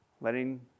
Letting